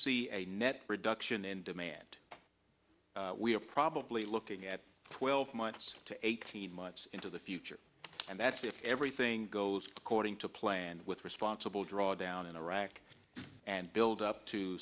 see a net reduction in demand we are probably looking at twelve months to eighteen months into the future and that's if everything goes according to plan with responsible drawdown in iraq and build up to